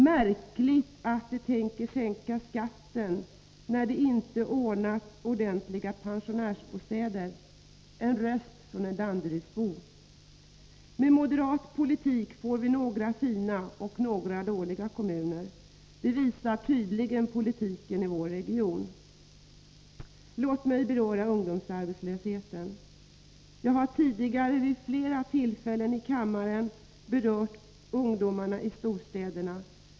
”Märkligt att de sänker skatten när de inte ordnat ordentliga pensionärslägenheter.” Det är en röst från Danderyd. Med moderat politik får vi några ”fina” och några ”dåliga” kommuner. Det visar tydligt politiken i vår region. Låt mig beröra ungdomsarbetslösheten. Jag har tidigare vid flera tillfällen i kammaren berört frågan om ungdomar i storstaden.